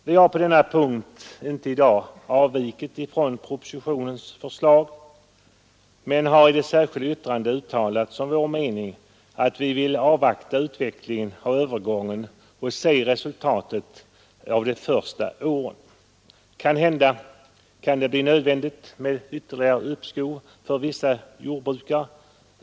Vi har på denna punkt inte avvikit från propositionens förslag men har i det särskilda yttrandet uttalat som vår mening att vi vill avvakta utvecklingen av övergången och se resultatet av de första årens verksamhet. Måhända kan det bli nödvändigt med ytterligare uppskov för vissa jordbrukare.